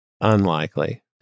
Unlikely